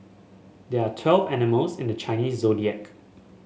there are twelve animals in the Chinese Zodiac